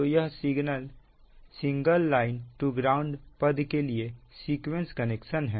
तो यह single line to ground पद के लिए सीक्वेंस कनेक्शन है